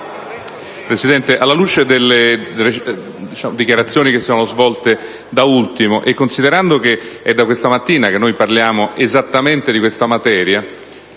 Presidente, alla luce delle dichiarazioni che si sono svolte da ultimo e considerando che da questa mattina parliamo esattamente di questa materia,